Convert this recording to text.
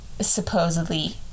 supposedly